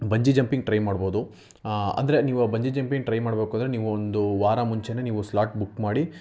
ಬಂಜಿ jumping try ಮಾಡ್ಬೋದು ಅಂದರೆ ನೀವು ಬಂಜಿ ಜಂಪಿಂಗ್ ಟ್ರೈ ಮಾಡಬೇಕು ಅಂದರೆ ನೀವು ಒಂದು ವಾರ ಮುಂಚೆನೆ ನೀವು ಸ್ಲಾಟ್ ಬುಕ್ ಮಾಡಿ